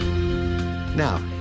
Now